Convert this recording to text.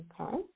Okay